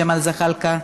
ג'מאל זחאלקה,